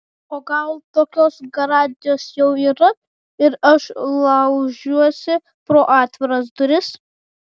o gal tokios garantijos jau yra ir aš laužiuosi pro atviras duris